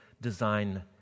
design